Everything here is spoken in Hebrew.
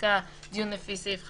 פסקה דיון לפי סעיף 15,